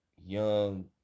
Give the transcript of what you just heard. young